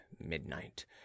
midnight